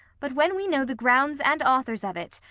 but when we know the grounds and authors of it,